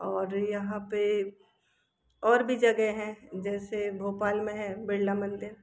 और यहाँ पे और भी जगह हैं जैसे भोपाल में है बिरला मंदिर